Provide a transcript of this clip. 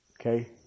Okay